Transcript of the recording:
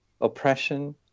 oppression